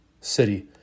city